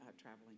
traveling